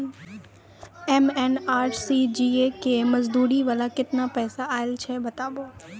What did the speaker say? MNREGA के मज़दूरी वाला केतना पैसा आयल छै बताबू?